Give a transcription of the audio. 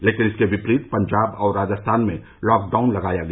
लेकिन इसके विपरीत पंजाब और राजस्थान में लॉकडाउन लगाया गया